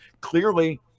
clearly